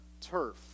turf